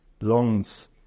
longs